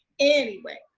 anyway,